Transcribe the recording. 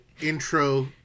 intro